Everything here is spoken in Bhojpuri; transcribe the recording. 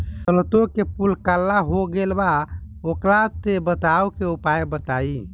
सरसों के फूल काला हो गएल बा वोकरा से बचाव के उपाय बताई?